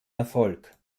erfolg